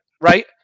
Right